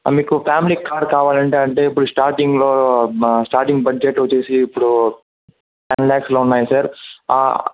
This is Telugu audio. మీకు ఫేమిలీకి కార్ కావాలి అంటే అంటే ఇప్పుడు స్టార్టింగ్లో స్టార్టింగ్ బడ్జెట్ వచ్చేసి ఇప్పుడు టెన్ లాక్స్లో ఉన్నాయి సార్